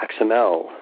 XML